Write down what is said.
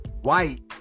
White